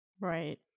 Right